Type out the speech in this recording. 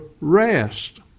rest